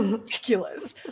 ridiculous